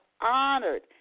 Honored